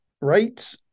Right